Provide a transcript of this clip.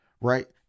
right